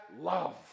love